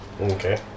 okay